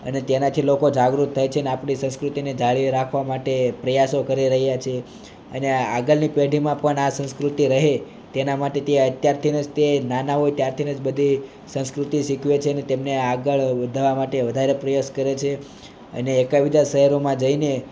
અને તેનાથી લોકો જાગૃત થાય છે આપણી સંસ્કૃતિને જાળવી રાખવા માટે પ્રયાસો કરી રહ્યા છે અને આગળની પેઢીમાં પણ આ સંસ્કૃતિ રહે તેના માટે તે અત્યારથી જ તે નાના હોય ત્યારથી ન જ બધી સંસ્કૃતિ શીખવે છે અને તેમને આગળ વધારવા માટે વધારે પ્રયાસ કરે છે અને કવિતા શહેરમાં જઈને